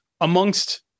amongst